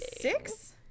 six